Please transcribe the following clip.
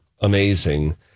amazing